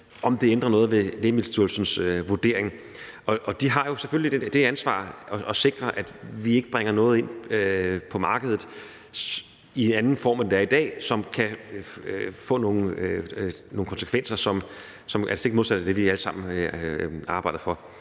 om det ændrer noget ved Lægemiddelstyrelsens vurdering. De har selvfølgelig det ansvar at sikre, at vi ikke bringer noget ind på markedet i en anden form, end det er i dag, som kan få nogle konsekvenser, som gør det stik modsatte af det, vi alle sammen arbejder for.